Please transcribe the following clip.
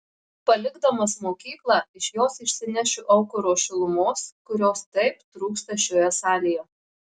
palikdamas mokyklą iš jos išsinešiu aukuro šilumos kurios taip trūksta šioje salėje